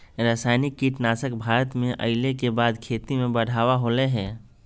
रासायनिक कीटनासक भारत में अइला के बाद से खेती में बढ़ावा होलय हें